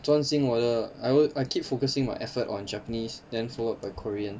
专心我的 I would I keep focusing my effort on japanese then followed by korean